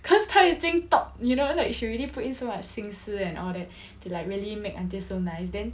cause 她已经 thought you know like she already put in so much 心思 and all that to like really make until so nice then